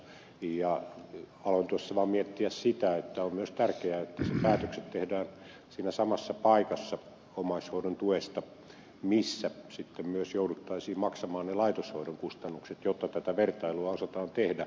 aloin tuossa vaan miettiä sitä että on myös tärkeää että päätökset omaishoidon tuesta tehdään siinä samassa paikassa missä sitten myös jouduttaisiin maksamaan ne laitoshoidon kustannukset jotta tätä vertailua osataan tehdä